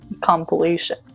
compilation